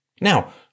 Now